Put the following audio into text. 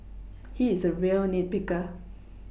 he is a real nit picker